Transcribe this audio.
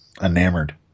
enamored